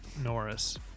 Norris